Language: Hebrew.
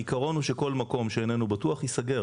העיקרון הוא שכל מקום שאיננו בטוח ייסגר.